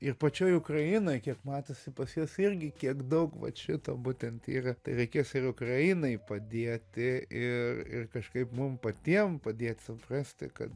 ir pačioj ukrainoj kiek matosi pas juos irgi kiek daug vat šito būtent yra reikės ir ukrainai padieti ir ir kažkaip mum patiem padėti suprasti kad